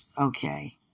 Okay